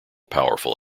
powerful